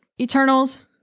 Eternals